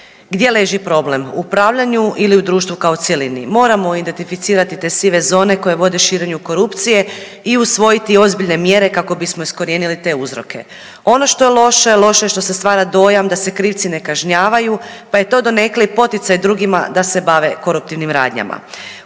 Gdje leži problem? U upravljanju ili u društvu kao cjelini? Moramo identificirati te sive zone koje vode širenju korupcije i usvojiti ozbiljne mjere kako bismo iskorijenili te uzroke. Ono što je loše, loše je što se stvara dojam da se krivci ne kažnjavaju pa je to donekle i poticaj drugima da se bave koruptivnim radnjama.